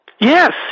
Yes